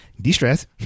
de-stress